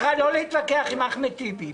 ממליץ לך לא להתווכח עם אחמד טיבי,